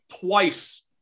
twice